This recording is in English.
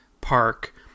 park